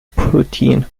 protein